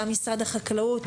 גם משרד החקלאות,